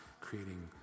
creating